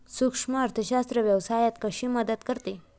सूक्ष्म अर्थशास्त्र व्यवसायात कशी मदत करते?